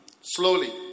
Slowly